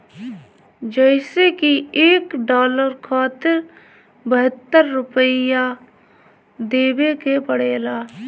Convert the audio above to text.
जइसे की एक डालर खातिर बहत्तर रूपया देवे के पड़ेला